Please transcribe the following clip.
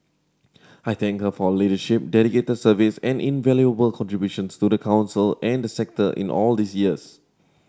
I thank her for leadership dedicated service and invaluable contributions to the Council and the sector in all these years